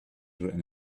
written